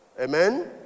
Amen